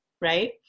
right